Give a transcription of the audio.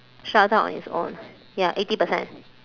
shut down on its own ya eighty percent